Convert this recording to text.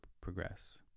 progress